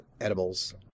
edibles